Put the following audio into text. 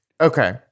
Okay